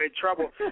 trouble